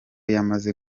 yamaze